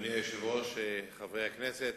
אדוני היושב-ראש, חברי הכנסת,